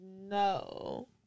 No